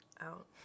out